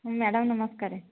madam ନମସ୍କାର